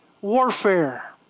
warfare